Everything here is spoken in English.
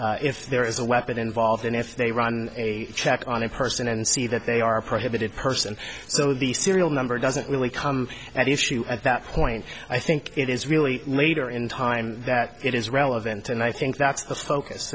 if there is a weapon involved and if they run a check on a person and see that they are prohibited person so the serial number doesn't really come at the issue at that point i think it is really later in time that it is relevant and i think that's the focus